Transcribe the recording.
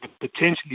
potentially